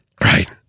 Right